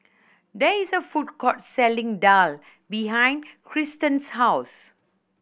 there is a food court selling daal behind Kirsten's house